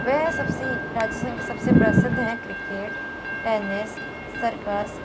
वह सबसे हीं राजस्थान सबसे प्रसिद्ध हैं क्रिकेट टेनिस सर्कस